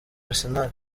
arsenal